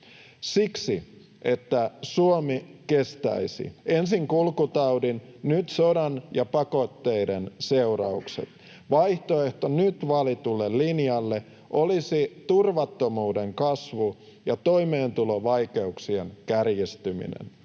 Siksi, että Suomi kestäisi ensin kulkutaudin, nyt sodan ja pakotteiden seuraukset. Vaihtoehto nyt valitulle linjalle olisi turvattomuuden kasvu ja toimeentulovaikeuksien kärjistyminen.